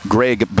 Greg